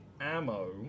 ammo